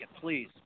please